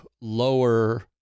lower